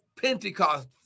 Pentecost